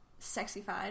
sexified